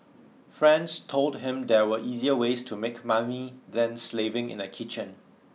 friends told him there were easier ways to make money than slaving in a kitchen